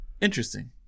Interesting